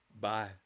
Bye